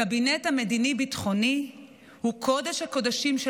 שהקבינט המדיני-ביטחוני הוא קודש-הקודשים של